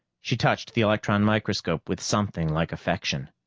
she touched the electron microscope with something like affection.